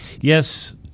Yes